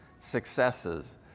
successes